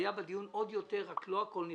היה בדיון עוד יותר, רק לא הכול נכתב.